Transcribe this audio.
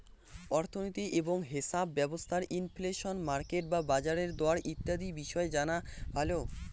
অর্থনীতি এবং হেছাপ ব্যবস্থার ইনফ্লেশন, মার্কেট বা বাজারের দর ইত্যাদি বিষয় জানা ভালো